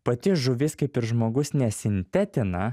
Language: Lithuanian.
pati žuvis kaip ir žmogus nesintetina